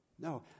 no